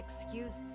excuse